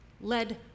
led